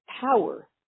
power